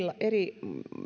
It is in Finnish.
eri